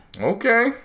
okay